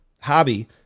hobby